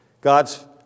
God's